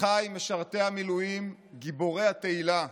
אחיי משרתי המילואים, גיבורי התהילה,